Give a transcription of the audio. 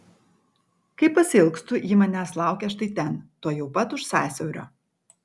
kai pasiilgstu ji manęs laukia štai ten tuojau pat už sąsiaurio